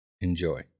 Enjoy